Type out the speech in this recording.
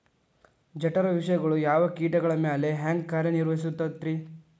ಜಠರ ವಿಷಗಳು ಯಾವ ಕೇಟಗಳ ಮ್ಯಾಲೆ ಹ್ಯಾಂಗ ಕಾರ್ಯ ನಿರ್ವಹಿಸತೈತ್ರಿ?